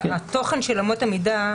התוכן של אמות המידה,